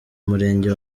murenge